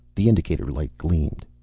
the indicator light gleamed.